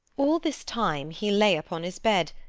all this time, he lay upon his bed,